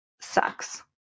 sucks